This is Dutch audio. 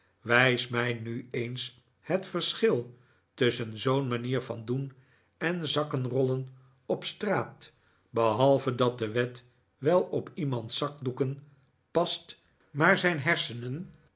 wijs mij nu eens het verschil tusschen zoo'n manier van doen en zakkenrollen op straat behalve dat de wet wel op iemands zakdoeken past maar zijn hersenen